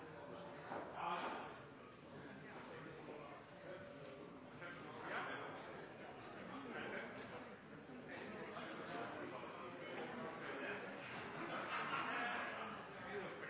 var litt rart å ta